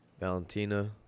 Valentina